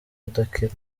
udakira